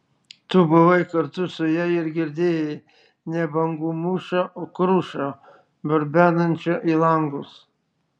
tu buvai kartu su ja ir girdėjai ne bangų mūšą o krušą barbenančią į langus